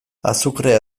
azukrea